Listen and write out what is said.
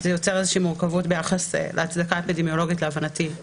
זה יוצר איזה מורכבות ביחס להצדקה האפידמיולוגית להבנתי.